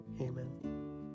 Amen